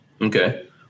Okay